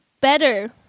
better